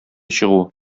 чыгу